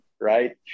right